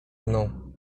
mną